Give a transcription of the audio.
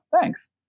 thanks